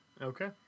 okay